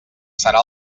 serà